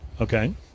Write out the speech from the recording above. Okay